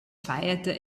feierte